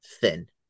thin